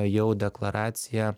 jau deklaracija